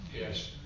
Yes